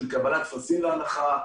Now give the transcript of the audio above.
של קבלת טפסים להנחה,